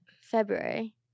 February